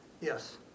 Yes